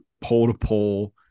pole-to-pole